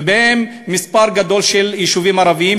ובהם מספר גדול של יישובים ערביים,